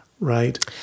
right